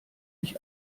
ich